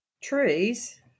trees